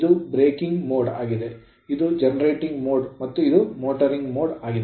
ಇದು breaking breaking mode ಆಗಿದೆ ಮತ್ತು ಇದು generating ಮೋಡ್ ಮತ್ತು ಇದು motoring ಮೋಟಾರಿಂಗ್ ಮೋಡ್ ಆಗಿದೆ